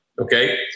okay